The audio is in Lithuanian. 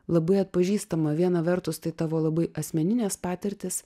labai atpažįstama viena vertus tai tavo labai asmeninės patirtys